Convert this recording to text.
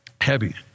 heavy